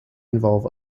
involve